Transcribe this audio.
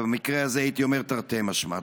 ובמקרה הזה הייתי אומר, תרתי משמע.